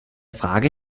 frage